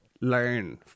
learn